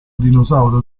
dinosauro